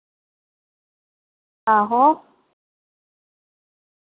आहो